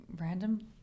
random